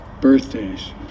birthdays